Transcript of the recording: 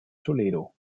toledo